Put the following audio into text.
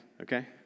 okay